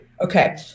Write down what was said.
Okay